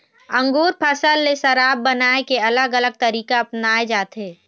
अंगुर फसल ले शराब बनाए के अलग अलग तरीका अपनाए जाथे